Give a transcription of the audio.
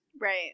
right